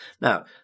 Now